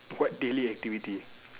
what daily activity